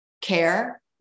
care